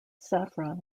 saffron